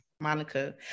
monica